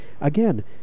again